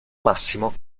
massimo